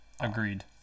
agreed